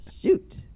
Shoot